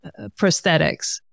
prosthetics